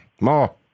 More